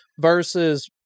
versus